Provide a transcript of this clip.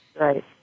Right